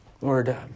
Lord